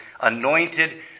anointed